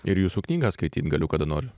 ir jūsų knygą skaityt galiu kada noriu